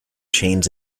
chains